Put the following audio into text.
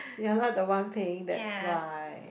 you're not the one paying that's why